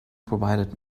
provided